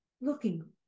looking